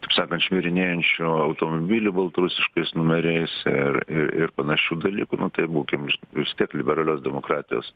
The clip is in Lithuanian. taip sakant šmirinėjančių automobilių baltarusiškais numeriais ir ir ir panašių dalykų tai būkim vis tiek liberalios demokratijos